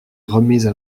remises